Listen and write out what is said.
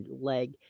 leg